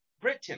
Britain